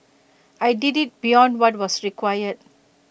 I did IT beyond what was required